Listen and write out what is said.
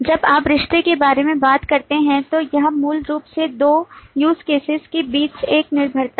जब आप रिश्ते के बारे में बात करते हैं तो यह मूल रूप से दो use cases के बीच एक निर्भरता है